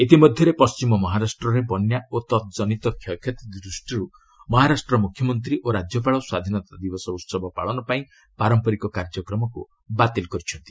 ଇତିମଧ୍ୟରେ ପଶ୍ଚିମ ମହାରାଷ୍ଟ୍ରରେ ବନ୍ୟା ଓ ତତ୍କନିତ କ୍ଷୟକ୍ଷତି ଦୃଷ୍ଟିରୁ ମହାରାଷ୍ଟ୍ରର ମୁଖ୍ୟମନ୍ତ୍ରୀ ଓ ରାଜ୍ୟପାଳ ସ୍ୱାଧୀନତା ଦିବସ ଉହବ ପାଳନ ପାଇଁ ପାରମ୍ପରିକ କାର୍ଯ୍ୟକ୍ରମକୁ ବାତିଲ୍ କରିଛନ୍ତି